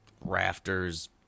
rafters